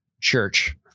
church